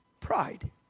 pride